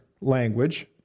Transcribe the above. language